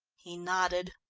he nodded,